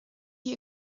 die